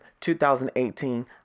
2018